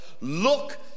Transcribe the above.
Look